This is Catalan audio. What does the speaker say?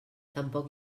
tampoc